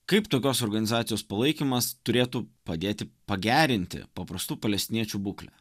kaip tokios organizacijos palaikymas turėtų padėti pagerinti paprastų palestiniečių būklę